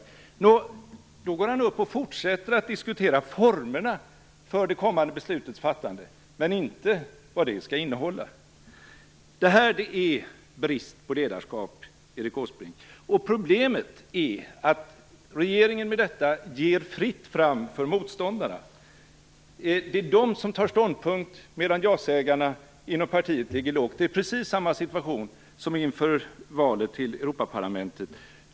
När Erik Åsbrink ändå går upp för ett nytt anförande, vilket han inte kan undvika med all den tid han har till sitt förfogande, fortsätter han att diskutera formerna för det kommande beslutets fattande, men inte vad det skall innehålla. Detta är brist på ledarskap, Erik Åsbrink. Problemet är att regeringen med detta ger fritt fram för motståndarna. Det är de som tar ståndpunkt, medan jasägarna inom partiet ligger lågt. Det är precis samma situation som inför valet till Europaparlamentet.